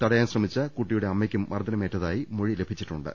തട യാൻ ശ്രമിച്ച കുട്ടിയുടെ അമ്മയ്ക്കും മർദ്ദനമേറ്റതായി മൊഴി ലഭിച്ചിട്ടുണ്ട്